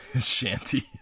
shanty